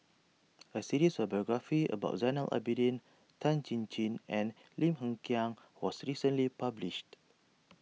a series of biographies about Zainal Abidin Tan Chin Chin and Lim Hng Kiang was recently published